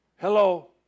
Hello